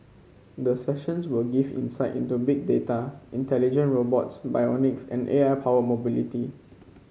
the sessions will give insight into Big Data intelligent robots bionics and A I powered mobility